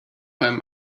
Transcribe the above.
beim